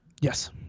Yes